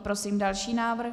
Prosím další návrh.